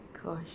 gosh